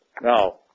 Now